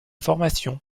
formation